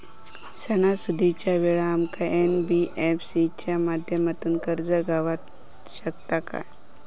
सणासुदीच्या वेळा आमका एन.बी.एफ.सी च्या माध्यमातून कर्ज गावात शकता काय?